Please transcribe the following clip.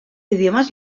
idiomes